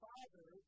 Father